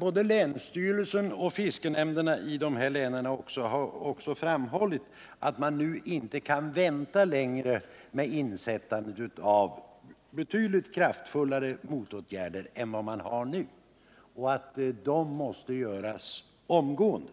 Både länsstyrelserna och fiskenämnderna i dessa län har också framhållit att man nu inte kan vänta längre med insättandet av betydligt kraftfullare motåtgärder än vad man har nu utan att det måste göras omgående.